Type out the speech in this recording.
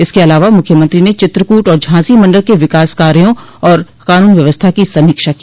इसके अलावा मुख्यमंत्री ने चित्रकूट और झांसी मंडल के विकास काया और कानून व्यवस्था की समीक्षा की